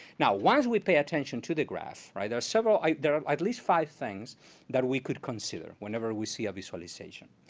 now once we pay attention to the graph, there are several there are at least five things that we could consider, whenever we see a visualization.